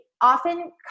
often